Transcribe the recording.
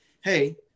hey